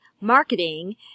marketing